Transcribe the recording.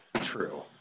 True